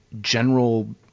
general